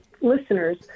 listeners